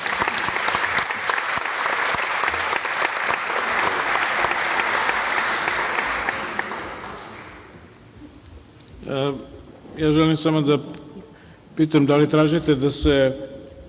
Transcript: Ja želim samo da pitam da li tražite da se